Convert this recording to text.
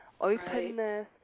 openness